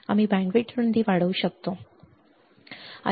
आम्ही बँड रुंदी वाढवू शकतो आम्ही बँडविड्थ वाढवू शकतो